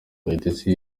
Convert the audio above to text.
kayitesi